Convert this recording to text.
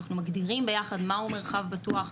אנחנו מגדירים יחד מהו מרחב בטוח,